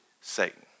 Satan